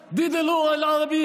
מצביעה נגד השפה הערבית,